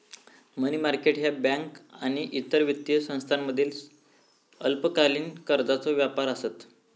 मनी market ह्या बँका आणि इतर वित्तीय संस्थांमधील अल्पकालीन कर्जाचो व्यापार आसत